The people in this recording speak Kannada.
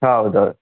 ಹೌದೌದು